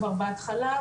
כבר בהתחלה,